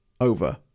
over